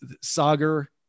Sagar